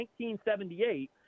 1978 –